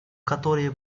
которое